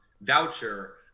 voucher